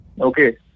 Okay